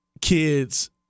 kids